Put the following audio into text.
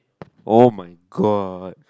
oh my god